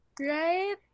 right